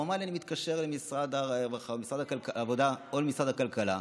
הוא אמר לי: אני מתקשר למשרד העבודה או למשרד הכלכלה,